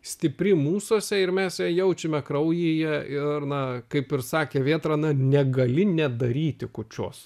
stipri mūsuose ir mes ją jaučiame kraujyje ir na kaip ir sakė vėtra na negali nedaryti kūčios